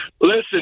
Listen